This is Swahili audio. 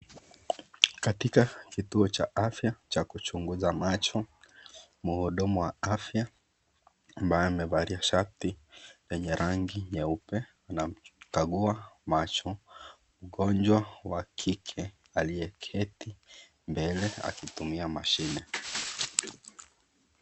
Katika kituo cha afya, cha kuchunguza macho, mhudumu wa afya, ambaye amevalia shati lenye rangi nyeupe anamkagua macho, mgonjwa wa kike aliyeketi mbele, akitumia mashine.